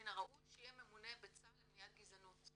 מן הראוי שיהיה ממונה בצה"ל למניעת גזענות.